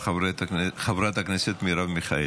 אחריו, חברת הכנסת מרב מיכאלי.